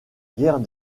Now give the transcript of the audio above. guerre